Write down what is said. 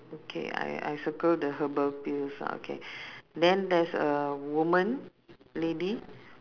okay I I circle the herbal pills ah okay then there's a woman lady